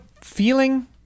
feeling